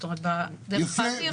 זאת אומרת דרך האוויר.